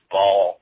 Ball